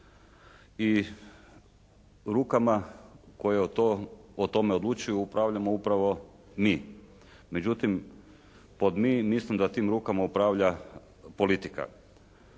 i rukama koje o tome odlučuju upravljamo upravo mi. Međutim, pod mi mislim da tim rukama upravlja politika.